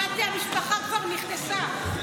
הבנתי שהמשפחה כבר נכנסה.